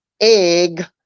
egg